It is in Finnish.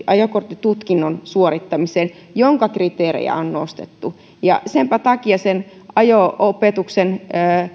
ajokorttitutkinnon suorittamiseen jonka kriteerejä on nostettu senpä takia sen ajo opetuksen